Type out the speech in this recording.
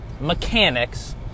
mechanics